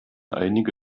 einige